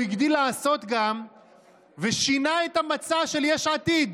הוא גם הגדיל לעשות ושינה את המצע של יש עתיד.